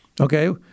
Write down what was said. Okay